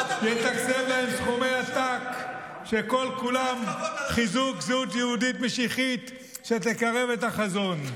יתקצב להם סכומי עתק שכל-כולם חיזוק זהות יהודית משיחית שתקרב את החזון.